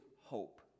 hope